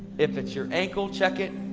if it's your ankle, check it.